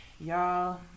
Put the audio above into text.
Y'all